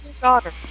daughter